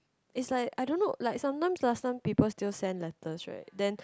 is like I don't know like sometimes last time people still send letters right then